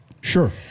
Sure